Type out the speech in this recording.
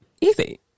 easy